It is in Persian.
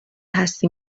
هستی